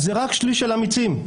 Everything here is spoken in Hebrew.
זה רק שליש של אמיצים.